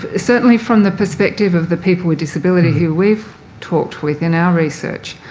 ah certainly from the perspective of the people with disability who we've talked with in our research,